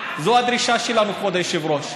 זו הדרישה שלנו, כבוד היושב-ראש.